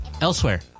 Elsewhere